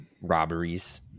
robberies